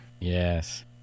Yes